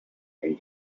and